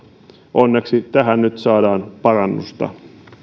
onneksi tähän nyt saadaan parannusta